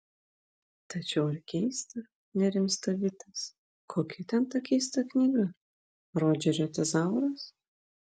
tačiau ir keista nerimsta vitas kokia ten ta keista knyga rodžerio tezauras